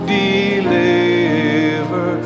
deliver